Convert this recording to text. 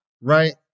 right